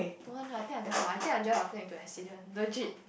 don't want lah I think I cannot I think I drive I will get in to accident legit